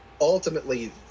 ultimately